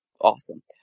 awesome